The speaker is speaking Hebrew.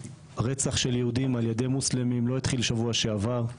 הרצח של יהודים על ידי מוסלמים לא התחיל בשבוע שעבר.